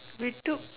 we took